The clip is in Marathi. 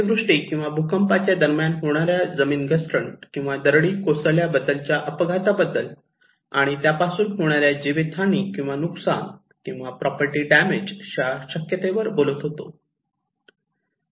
अतिवृष्टी किंवा भूकंपाच्या दरम्यान होणाऱ्या जमीन घसरण किंवा दरडी कोसळल्या बद्दल च्या अपघाताबद्दल आणि त्यापासून होणाऱ्या जीवित हानी किंवा नुकसान किंवा प्रॉपर्टी डॅमेज च्या शक्यतेवर बोलत होतो